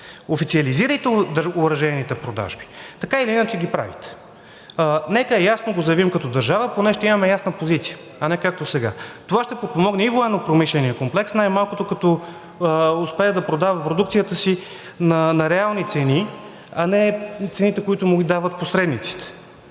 Официализирайте оръжейните продажби, така или иначе ги правите. Нека ясно го заявим като държава, поне ще имаме ясна позиция, а не както сега. Това ще подпомогне и военнопромишления комплекс – най-малкото като успее да продава продукцията си на реални цени, а не на цените, на които му ги дават посредниците.